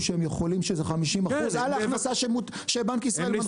שהם יכולים שזה 50% על ההכנסה שבנק ישראל?